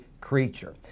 creature